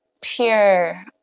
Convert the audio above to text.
pure